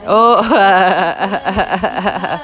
oh